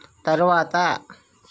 తరవాత